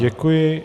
Děkuji.